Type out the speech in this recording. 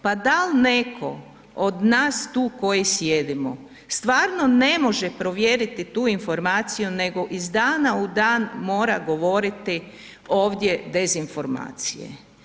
Pa da li netko od nas tu koji sjedimo stvarno ne može provjeriti tu informaciju nego iz dana u dan mora govoriti ovdje dezinformacije?